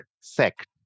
sect